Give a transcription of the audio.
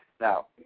now